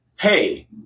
hey